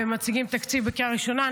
ומציגים תקציב בקריאה ראשונה.